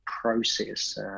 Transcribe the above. process